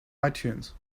itunes